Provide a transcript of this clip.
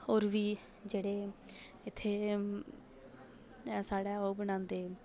होर बी जेह्ड़े इत्थै एह् साढ़ै ओह् बनांदे न